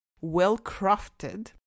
well-crafted